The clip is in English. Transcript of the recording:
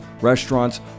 restaurants